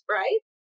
right